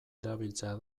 erabiltzea